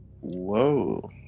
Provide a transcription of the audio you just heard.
Whoa